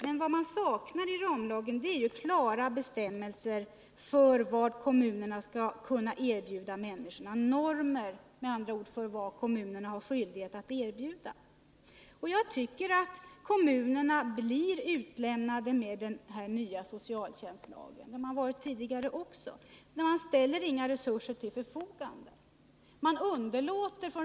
Men vad man saknar i ramlagen är klara bestämmelser för vad kommunerna skall kunna erbjuda människor, med andra ord normer för vad kommunerna skall ha skyldighet att erbjuda. Kommunerna blir utlämnade genom den nya socialtjänstlagen — och det har de ju varit tidigare också. Regeringen ställer inga resurser till förfogande.